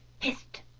hist!